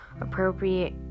appropriate